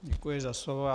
Děkuji za slovo.